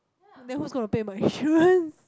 then who's gonna pay my insurance